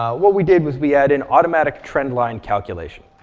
what we did was we add in automatic trend line calculation.